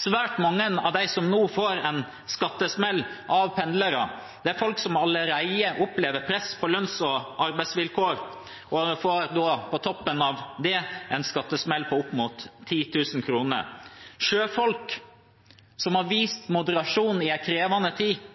Svært mange av dem av pendlerne som nå får en skattesmell, er folk som allerede opplever press på lønns- og arbeidsvilkår. På toppen av det får de en skattesmell på opp mot 10 000 kr. Og for sjøfolk som har vist moderasjon i en krevende tid,